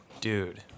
Dude